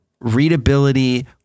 readability